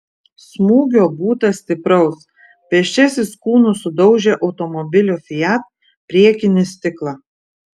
smūgio būta stipraus pėsčiasis kūnu sudaužė automobilio fiat priekinį stiklą